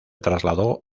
trasladó